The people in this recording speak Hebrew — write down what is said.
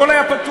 הכול היה פתוח,